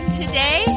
today